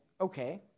okay